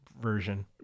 version